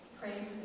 Pray